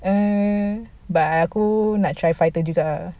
um but aku nak try fighter juga ah